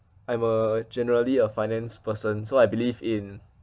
I'm uh generally a finance person so I believe in